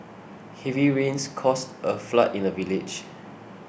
heavy rains caused a flood in the village